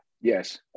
Yes